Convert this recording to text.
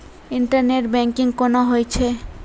Internet banking कोना होय छै?